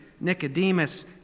Nicodemus